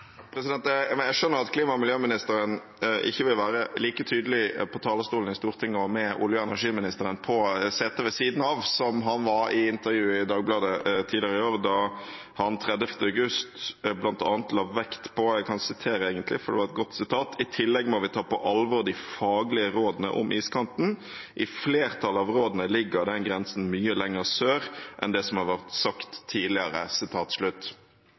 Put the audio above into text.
og med olje- og energiministeren på setet ved siden av – som han var i intervjuet i Dagbladet tidligere i år, 30. august. Da la han bl.a. vekt på følgende – og jeg kan sitere, egentlig, for det var et godt sitat: «I tillegg må vi ta på alvor de faglige rådene om iskanten. I flertallet av rådene ligger den grensen mye lenger sør enn det som har vært sagt tidligere.»